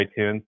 iTunes